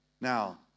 Now